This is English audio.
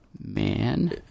man